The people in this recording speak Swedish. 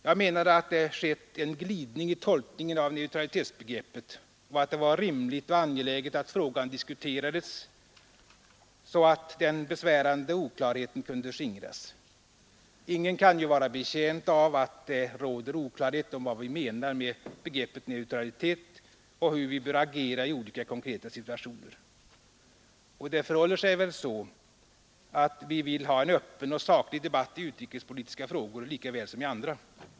Jag menade att det skett en glidning i tolkningen av neutralitetsbegreppet och att det var rimligt och angeläget att frågan diskuterades, så att den besvärande oklarheten kunde skingras. Ingen kan ju vara betjänt av att det råder oklarhet om vad vi menar med begreppet neutralitet och hur vi bör agera i olika konkreta situationer. Och det förhåller sig väl så, att vi vill ha en öppen och saklig debatt i utrikespolitiska frågor lika väl som i andra?